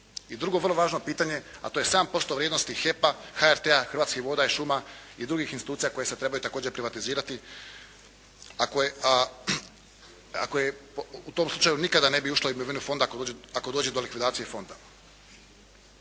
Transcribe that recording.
drugo vrlo važno pitanje, a to je 7% vrijednosti HEP-a, HRT-a, Hrvatskih voda i šuma i drugih institucija koje se trebaju također privatizirati, a koje u tom slučaju nikada ne bi ušle u …/Govornik se ne razumije./… Fonda ako dođe do likvidacije Fonda.